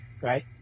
right